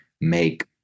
make